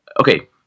Okay